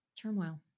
turmoil